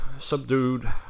subdued